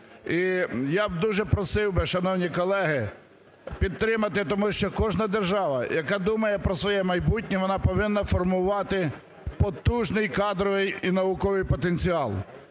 я б дуже просив би, шановні колеги, підтримати, тому що кожна держава, яка думає про своє майбутнє, вона повинна формувати потужний кадровий і науковий потенціал.